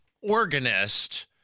organist